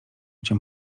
cię